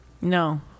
No